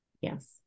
Yes